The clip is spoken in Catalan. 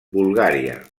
bulgària